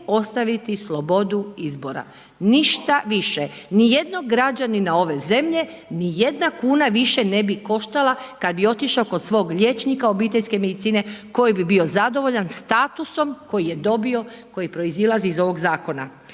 ostaviti slobodu izbora, ništa više. Nijednog građanina ove zemlje nijedna kuna više ne bi koštala kad bi otišao kod svog liječnika obiteljske medicine koji bi bio zadovoljan statusom koji je dobio, koji proizilazi iz ovog zakona.